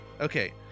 Okay